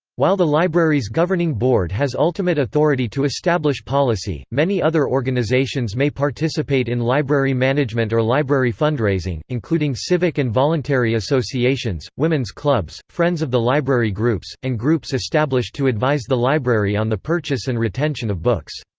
while the library's governing board has ultimate authority to establish policy, many other organizations may participate in library management or library fundraising, including civic and voluntary associations, women's clubs, friends of the library groups, and groups established to advise the library on the purchase and retention of books.